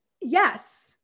Yes